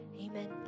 Amen